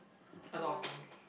a lot of things